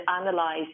analyze